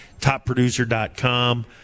topproducer.com